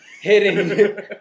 hitting